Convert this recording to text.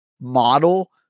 model